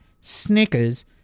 Snickers